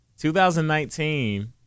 2019